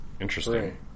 Interesting